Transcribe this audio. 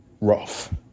rough